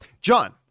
john